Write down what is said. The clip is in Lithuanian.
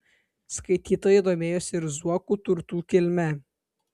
skaitytojai domėjosi ir zuokų turtų kilme